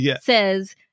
says